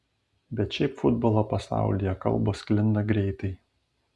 bet šiaip futbolo pasaulyje kalbos sklinda greitai